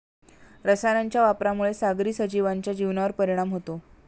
रसायनांच्या वापरामुळे सागरी सजीवांच्या जीवनावर परिणाम होतो